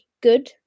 good